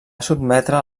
sotmetre